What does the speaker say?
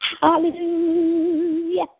Hallelujah